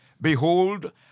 Behold